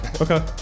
okay